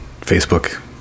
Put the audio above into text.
Facebook